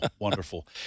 Wonderful